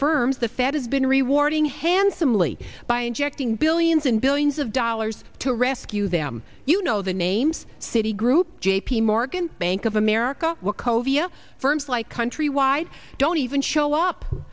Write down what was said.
firms the fed has been rewarding handsomely by injecting billions and billions of dollars to rescue them you know the names citi group j p morgan bank of america were covina firms like countrywide don't even show up